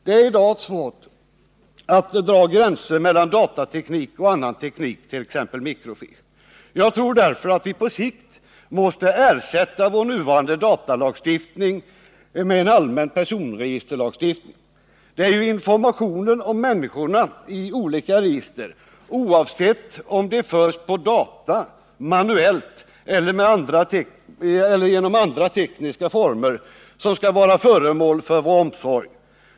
Det är i dag svårt att dra gränser mellan datateknik och annan teknik, t.ex. microfiche. Jag tror därför att vi på sikt måste ersätta vår nuvarande datalagstiftning med en allmän personregisterlagstiftning. Det är ju informationen om människorna i olika register, oavsett om de förs på data, manuellt eller i andra tekniska former, som skall vara föremål för vår omsorg.